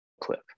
clip